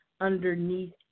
underneath